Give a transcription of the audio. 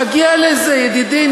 נגיע לזה, ידידי.